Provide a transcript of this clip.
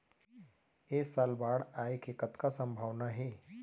ऐ साल बाढ़ आय के कतका संभावना हे?